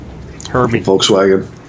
Volkswagen